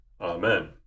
Amen